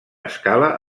escala